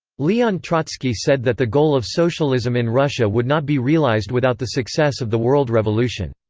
leon trotsky said that the goal of socialism in russia would not be realized without the success of the world revolution.